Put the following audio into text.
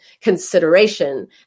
consideration